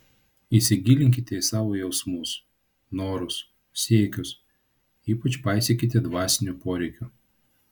įsigilinkite į savo jausmus norus siekius ypač paisykite dvasinių poreikių